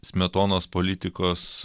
smetonos politikos